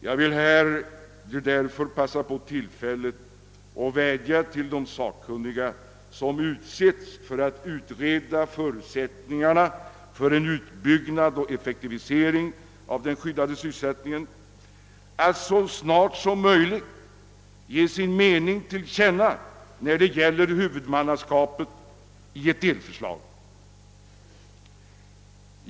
Jag vill därför begagna tillfället att vädja till de sakkunniga, som skall utreda förutsättningarna för en utbyggnad och effektivisering av den skyddade sysselsättningen, att så snart som möjligt i ett delförslag ge sin mening till känna beträffande huvudmannaskapet.